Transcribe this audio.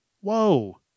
Whoa